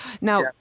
Now